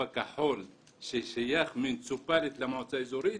הכחול ששייך מוניציפאלית למועצה האזורית,